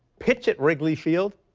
pitch at wrigley field.